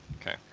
Okay